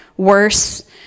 worse